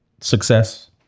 success